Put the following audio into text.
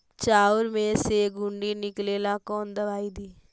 चाउर में से सुंडी निकले ला कौन दवाई दी?